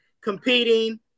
competing